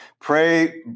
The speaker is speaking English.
Pray